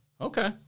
Okay